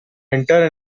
enter